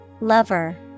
Lover